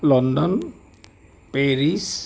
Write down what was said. London Paris